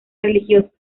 religiosa